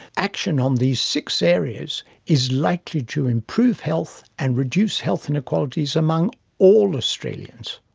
action on these six areas is likely to improve health and reduce health inequalities among all australians.